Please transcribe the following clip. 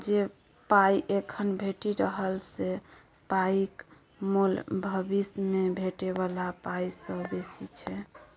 जे पाइ एखन भेटि रहल से पाइक मोल भबिस मे भेटै बला पाइ सँ बेसी छै